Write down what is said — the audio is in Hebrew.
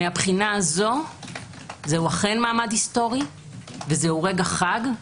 מבחינה זו זה אכן מעמד היסטורי וזה רגע חג.